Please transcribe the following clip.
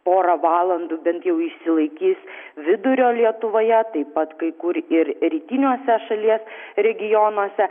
porą valandų bent jau išsilaikys vidurio lietuvoje taip pat kai kur ir rytiniuose šalies regionuose